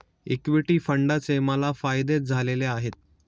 equity फंडाचे मला फायदेच झालेले आहेत